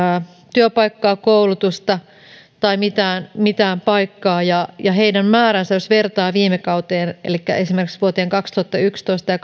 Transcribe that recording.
työpaikkaa koulutusta tai mitään mitään paikkaa ja ja heidän määränsä jos vertaa viime kauteen elikkä esimerkiksi vuosiin kaksituhattayksitoista ja